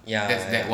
ya ya